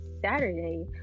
Saturday